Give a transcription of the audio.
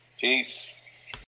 Peace